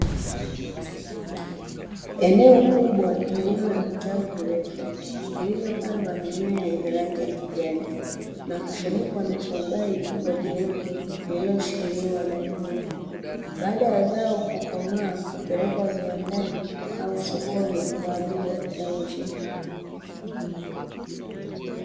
Eneo kubwa lililo na vitalu virefu vilivyopandwa mimea yenye rangi ya kijani na kufunikwa na turubai kubwa jeupe lililo shikiliwa na vyuma. Baada ya zao kukomaa hupelekwa viwandani au sokoni kwa ajili ya kuuzwa.